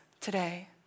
today